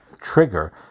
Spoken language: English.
trigger